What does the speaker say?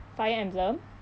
fire emblem